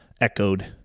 echoed